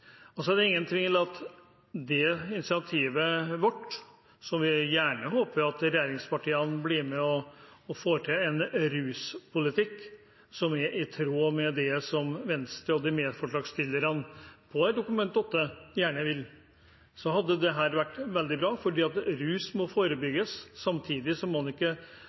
er ingen tvil om vårt initiativ og at vi håper regjeringspartiene blir med og får til en ruspolitikk som er i tråd med det som Venstre og medforslagsstillerne i Dokument 8-forslaget gjerne vil, for det hadde vært veldig bra. Rus må forebygges. Samtidig må en komme videre fra det å hele tiden bruke straff som